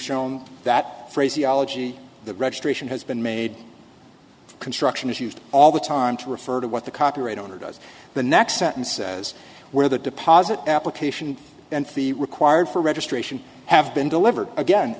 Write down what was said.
shown that phraseology the registration has been made construction is used all the time to refer to what the copyright owner does the next sentence says where the deposit application and the required for registration have been delivered again